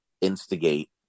instigate